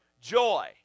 joy